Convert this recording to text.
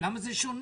למה זה שונה?